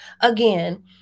again